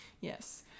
Yes